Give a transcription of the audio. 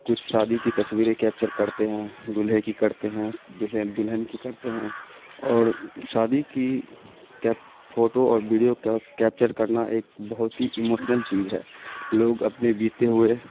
کچھ شادی کی تصویریں کیپچر کرتے ہیں دلہے کی کرتے ہیں دلہن کی کرتے ہیں اور شادی کی کیپ فوٹو اور ویڈیو کیپچر کرنا ایک بہت ہی اموشنل چیز ہے لوگ اپنے بیتے ہوئے